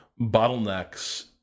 bottlenecks